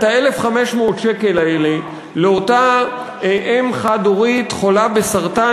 את 1,500 השקל האלה לאותה אם חד-הורית חולה בסרטן